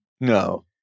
no